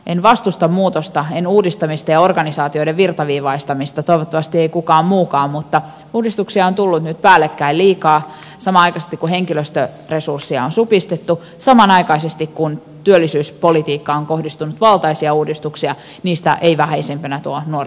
en vastusta muutosta en uudistamista ja organisaatioiden virtaviivaistamista toivottavasti ei kukaan muukaan mutta uudistuksia on tullut nyt päällekkäin liikaa samanaikaisesti kun henkilöstöresursseja on supistettu samanaikaisesti kun työllisyyspolitiikkaan on kohdistunut valtaisia uudistuksia niistä ei vähäisimpänä tuo nuorten yhteiskuntatakuu